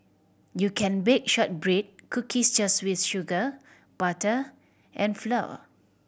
you can bake shortbread cookies just with sugar butter and flour